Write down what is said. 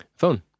phone